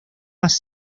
más